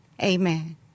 Amen